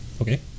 okay